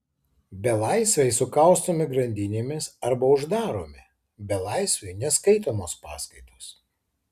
belaisviai sukaustomi grandinėmis arba uždaromi belaisviui neskaitomos paskaitos